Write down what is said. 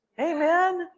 Amen